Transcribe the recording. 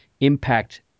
impact